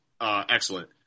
excellent